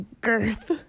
Girth